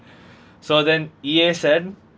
so then E_A said